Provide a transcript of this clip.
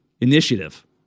initiative